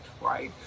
right